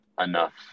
enough